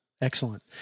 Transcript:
Excellent